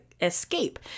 escape